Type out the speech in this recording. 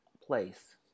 place